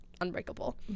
unbreakable